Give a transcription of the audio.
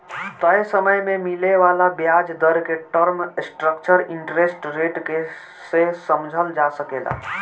तय समय में मिले वाला ब्याज दर के टर्म स्ट्रक्चर इंटरेस्ट रेट के से समझल जा सकेला